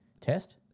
Test